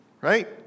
right